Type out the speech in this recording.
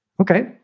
okay